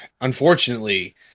unfortunately